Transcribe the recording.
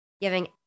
giving